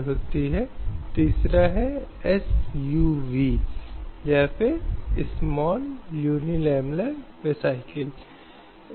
अब यह आपराधिक कार्यों को आमंत्रित करता है और यह निश्चित रूप से स्वतंत्रता और स्वाधीनता के संवैधानिक अधिकार का उल्लंघन है जिसे नीचे रखा गया है